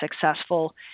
successful